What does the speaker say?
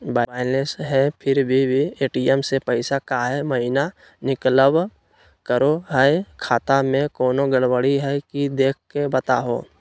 Balance है फिर भी भी ए.टी.एम से पैसा काहे महिना निकलब करो है, खाता में कोनो गड़बड़ी है की देख के बताहों?